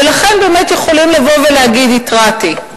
ולכן הם באמת יכולים לבוא ולהגיד "התרעתי".